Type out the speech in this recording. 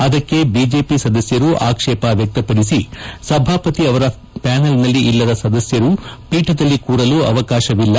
ಅದಕ್ಕೆ ಬಿಜೆಪಿ ಸದಸ್ಯರು ಆಕ್ಷೇಪ ವ್ಯಕ್ತಪಡಿಸಿ ಸಭಾಪತಿ ಅವರ ಪ್ಯಾನಲ್ನಲ್ಲಿ ಇಲ್ಲದ ಸದಸ್ಯರು ಪೀಠದಲ್ಲಿ ಕೂರಲು ಅವಕಾಶವಿಲ್ಲ